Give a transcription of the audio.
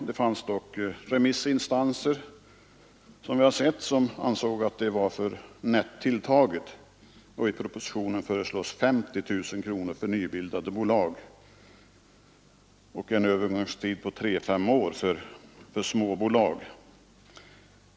Det fanns dock, som vi har sett, remissinstanser som ansåg att det var nätt tilltaget, och i propositionen föreslås 50 000 kronor för nybildade bolag och en övergångstid på 3—5 år för småbolag.